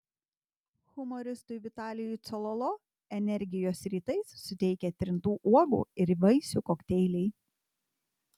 humoristui vitalijui cololo energijos rytais suteikia trintų uogų ir vaisių kokteiliai